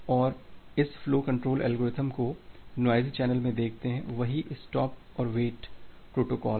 अब इस flow control algorithm को नोइज़ी चैनल में देखते हैं वही स्टॉप और वेट प्रोटोकॉल